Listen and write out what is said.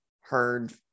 heard